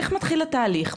איך מתחיל התהליך,